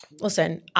Listen